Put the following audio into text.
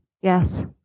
Yes